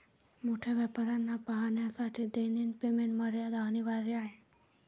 मोठ्या व्यापाऱ्यांना पाहण्यासाठी दैनिक पेमेंट मर्यादा अनिवार्य आहे